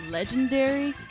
Legendary